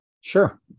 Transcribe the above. Sure